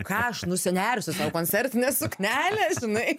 ką aš nusinersiu sau koncertinę suknelę žinai